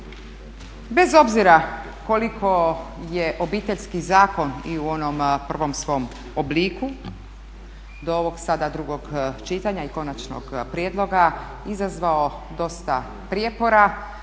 Bez obzira koliko je Obiteljski zakon i u onom prvom svom obliku, do ovog sada drugog čitanja i konačnog prijedloga izazvao dosta prijepora